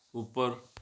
ਉੱਪਰ